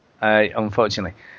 Unfortunately